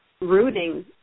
rooting